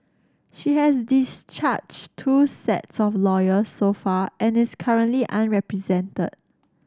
she has discharged two sets of lawyers so far and is currently unrepresented